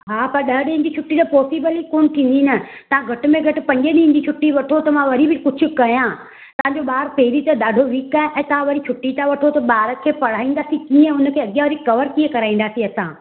हा पर ॾह ॾींहंनि जी छुटी त पोसिबल ई कोन्ह थींदी न तव्हां घटि में घटि पंजनि ॾींहंनि जी छुट्टी वठो त मां वरी बि कुझु कयां तव्हांजो ॿारु पहिरीं त ॾाढो वीक आहे ऐं तव्हां वरी छुट्टी त वठो त ॿार खे पढ़ाईंदासीं कीअं हुनखे अॻियां वरी कवर कीअं कराईंदासीं असां